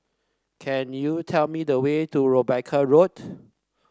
can you tell me the way to Rebecca Road